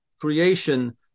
creation